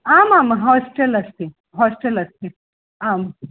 आमां हास्टेल् अस्ति हास्टेल् अस्ति आं